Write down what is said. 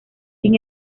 sin